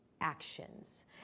actions